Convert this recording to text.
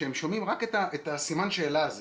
כשהם שומעים רק את סימן השאלה הזה,